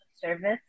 service